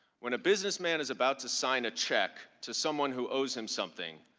when a businessman is about to sign a check to someone who owes him something.